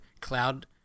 cloud